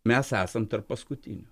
mes esam tarp paskutinių